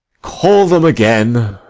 call them again.